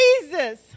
Jesus